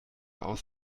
aus